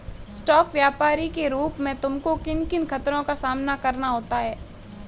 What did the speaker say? Stock व्यापरी के रूप में तुमको किन किन खतरों का सामना करना होता है?